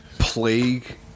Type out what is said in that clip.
Plague